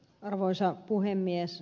arvoisa puhemies